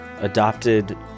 adopted